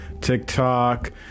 TikTok